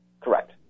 Correct